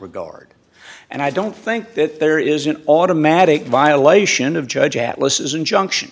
regard and i don't think that there is an automatic violation of judge atlases injunction